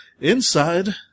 Inside